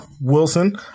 Wilson